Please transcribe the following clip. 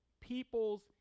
people's